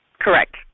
Correct